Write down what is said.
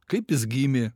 kaip jis gimė